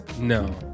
No